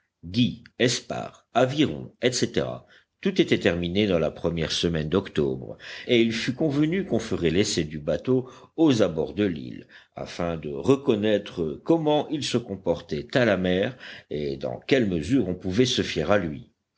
avirons etc tout était terminé dans la première semaine d'octobre et il fut convenu qu'on ferait l'essai du bateau aux abords de l'île afin de reconnaître comment il se comportait à la mer et dans quelle mesure on pouvait se fier à lui